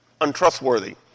untrustworthy